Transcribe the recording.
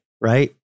Right